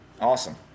Awesome